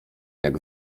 jak